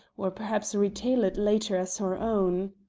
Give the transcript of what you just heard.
or perhaps retail it later as her own.